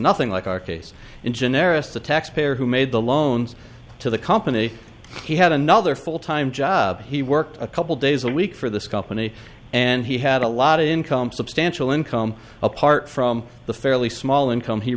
nothing like our case in generis the taxpayer who made the loans to the company he had another full time job he worked a couple days a week for this company and he had a lot of income substantial income apart from the fairly small income he